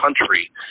country